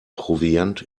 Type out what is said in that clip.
proviant